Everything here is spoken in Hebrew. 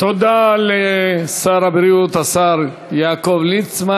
תודה לשר הבריאות השר יעקב ליצמן.